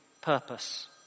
purpose